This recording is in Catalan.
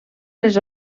les